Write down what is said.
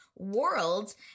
world